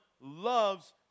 loves